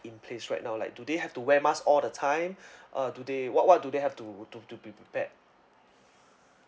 in place right now like do they have to wear mask all the time uh do they what what do they have to to to be prepared